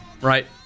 right